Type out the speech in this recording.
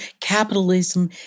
capitalism